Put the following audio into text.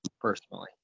personally